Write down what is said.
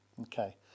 Okay